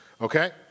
okay